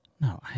No